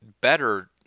better